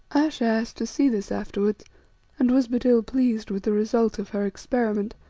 ayesha asked to see this afterwards and was but ill-pleased with the result of her experiment.